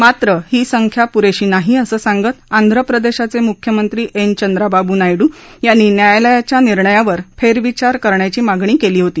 मात्र ही संख्या पुरेशी नाही असं सांगत आंध्रप्रदेशाचे मुख्यमंत्री एन चंद्राबाबू नायडू यांनी न्यायालयाच्या या निर्णयावर फेरविचार करण्याची मागणी केली होती